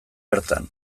bertan